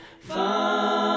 fun